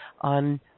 on